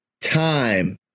time